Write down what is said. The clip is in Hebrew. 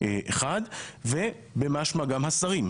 אחד ובמשמע גם השרים.